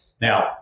Now